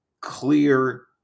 clear